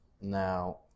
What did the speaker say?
now